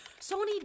Sony